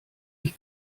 sich